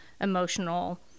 emotional